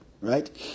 right